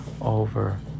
over